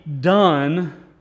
done